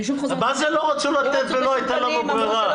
מה זה לא רצו לתת ולא הייתה לנו ברירה?